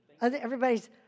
Everybody's